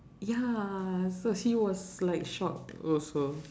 ya so he was like shocked also